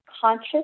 conscious